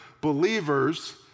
believers